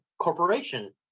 corporation